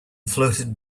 floated